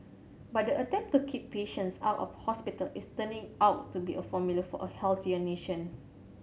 but the attempt to keep patients out of hospital is turning out to be a formula for a healthier nation